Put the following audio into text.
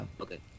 Okay